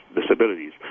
disabilities